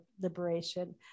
liberation